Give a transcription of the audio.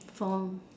for